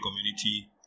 community